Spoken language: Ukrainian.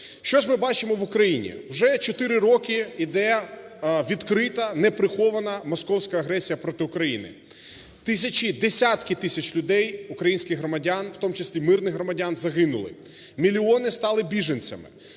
Що ж ми бачимо в Україні? Вже чотири роки іде відкрита неприхована московська агресія проти України. Тисячі, десятки тисяч людей українських громадян, в тому числі мирних громадян загинули, мільйони стали біженцями.